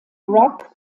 rock